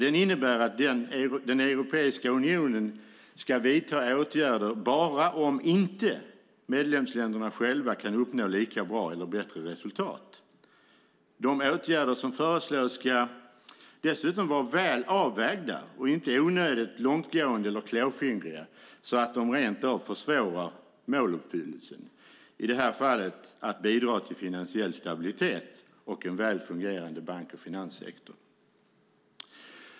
Den innebär att Europeiska unionen ska vidta åtgärder bara om medlemsländerna själva inte kan uppnå lika bra eller bättre resultat. De åtgärder som föreslås ska dessutom vara väl avvägda och inte onödigt långtgående eller klåfingriga så att de rent av försvårar måluppfyllelsen, i det här fallet att bidra till finansiell stabilitet och en väl fungerande bank och finanssektor.